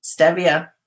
Stevia